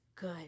good